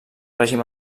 règim